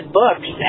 books